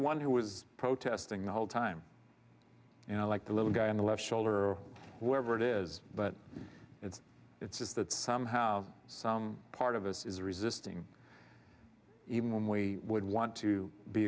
one who was protesting the whole time like the little guy on the left shoulder or whatever it is but it's it's just that somehow some part of us is resisting even when we would want to be